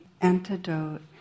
antidote